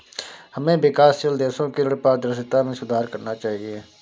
हमें विकासशील देशों की ऋण पारदर्शिता में सुधार करना चाहिए